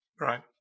Right